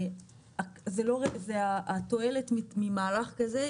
זה התועלת ממהלך כזה,